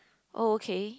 oh okay